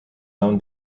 own